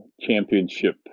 championship